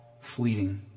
fleeting